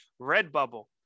Redbubble